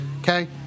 okay